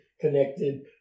connected